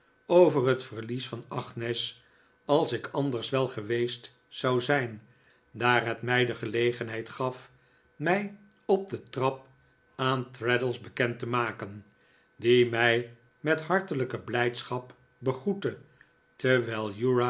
over het verlies van agnes als ik anders wel geweest zou zijn daar het mij de gelegenheid gaf mij op de trap aan traddles bekend te maken die mij met hartelijke blijdschap begroette terwijl